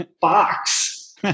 box